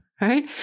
right